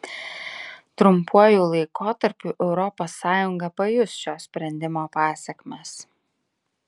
trumpuoju laikotarpiu europos sąjunga pajus šio sprendimo pasekmes